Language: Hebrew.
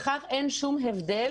בכך אין שום הבדל.